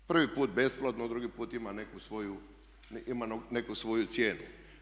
Prvi put besplatno, drugi put ima neku svoju cijenu.